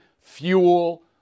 fuel